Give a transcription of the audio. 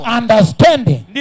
understanding